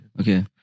Okay